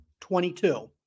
22